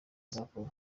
azakora